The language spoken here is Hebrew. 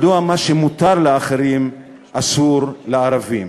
מדוע מה שמותר לאחרים אסור לערבים?